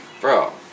bro